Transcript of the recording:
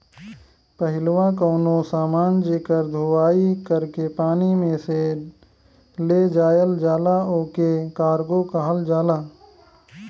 पहिलवा कउनो समान जेकर धोवाई कर के पानी में से ले जायल जाला ओके कार्गो कहल जाला